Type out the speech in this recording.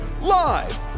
Live